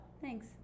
Thanks